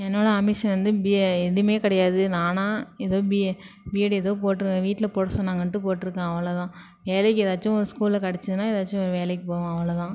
என்னோடய ஆம்பிஷன் வந்து பிஏ எதுவுமே கிடையாது நானாக ஏதோ பிஏ பிஏட் ஏதோ போட்டிரு வீட்டில போட சொன்னாங்கனுட்டு போட்டிருக்கேன் அவ்வளோதான் வேலைக்கு ஏதாச்சும் ஸ்கூல்ல கிடச்சிதுன்னா ஏதாச்சும் ஒரு வேலைக்கு போவேன் அவ்வளோதான்